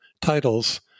titles